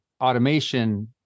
automation